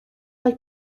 like